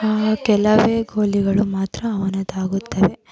ಕೆಲವೇ ಗೋಲಿಗಳು ಮಾತ್ರ ಅವನದಾಗುತ್ತವೆ